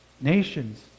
Nations